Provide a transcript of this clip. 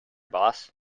boss